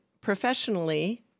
professionally